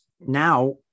Now